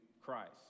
Christ